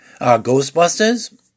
Ghostbusters